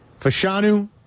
Fashanu